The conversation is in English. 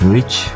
Rich